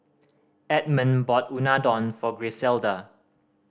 Edmund bought Unadon for Griselda